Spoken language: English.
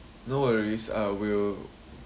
no worries I will